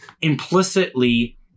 implicitly